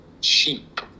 sheep